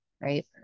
right